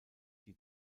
die